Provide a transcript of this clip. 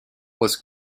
was